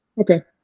Okay